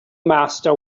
master